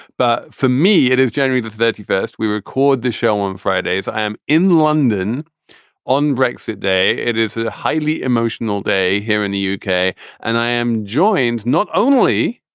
but for me it is january the thirty first. we record the show on fridays. i am in london on brexit day. it is a highly emotional day here in the yeah uk and i am joined not only.